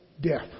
Death